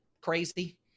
crazy